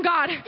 God